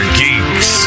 geeks